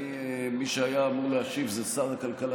מי שהיה אמור להשיב זה שר הכלכלה,